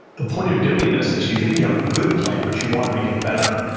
the point of doing this is you think you have a good plan, but you want to make it better.